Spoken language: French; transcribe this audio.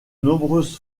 nombreuses